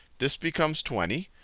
this becomes twenty.